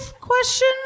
Question